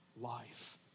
life